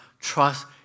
trust